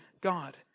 God